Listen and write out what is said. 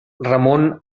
ramon